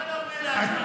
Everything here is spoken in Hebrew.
ומה אתה עונה לעצמך?